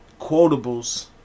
quotables